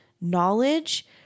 knowledge